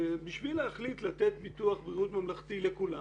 בשביל להחליט לתת ביטוח בריאות ממלכתי לכולם,